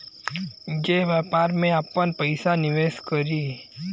जे व्यापार में आपन पइसा निवेस करी